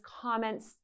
comments